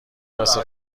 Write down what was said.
واسه